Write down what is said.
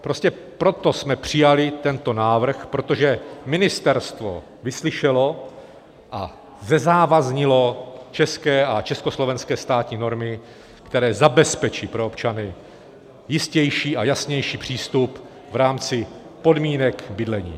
Prostě proto jsme přijali tento návrh, protože ministerstvo vyslyšelo a zezávaznilo české a československé státní normy, které zabezpečí pro občany jistější a jasnější přístup v rámci podmínek bydlení.